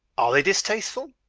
are they distasteful?